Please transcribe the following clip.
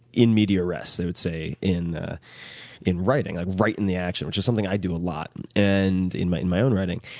in media rest. they would say in ah in writing, right in the action which is something i do a lot and in my in my own writing.